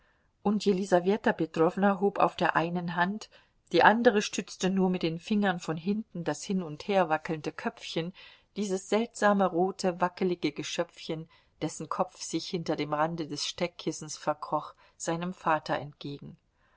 und jelisaweta petrowna hob auf der einen hand die andere stützte nur mit den fingern von hinten das hin und her wackelnde köpfchen dieses seltsame rote wacklige geschöpfchen dessen kopf sich hinter dem rande des steckkissens verkroch seinem vater entgegen